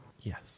Yes